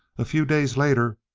a few days later,